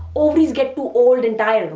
ovaries get too old and tired.